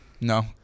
No